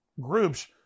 groups